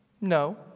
No